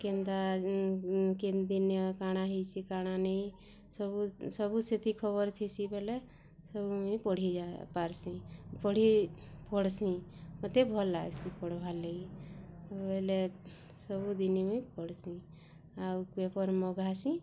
କେନ୍ତା କେନ୍ ଦିନ୍ କାଣା ହେଇଛି କାଣା ନେଇ ସବୁ ସବୁ ସେଥି ଖବର୍ ଥିସି ବେଲେ ସବୁ ମୁଇଁ ପଢ଼ି ପାର୍ସି ପଢ଼୍ସି ମତେ ଭଲ୍ ଲାଗ୍ସି ପଢ଼୍ବାର୍ ଲାଗି ବେଲେ ସବୁଦିନି ମୁଇଁ ପଢ଼୍ସି ଆଉ ପେପର୍ ମଗାସି